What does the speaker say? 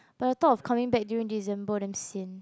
but the thought of coming back during December damn sian